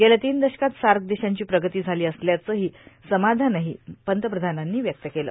गेल्या तीन दशकात सार्क देशांची प्रगती झाली असल्याचं समाधानही पंतप्रधानांनी व्यक्त केलं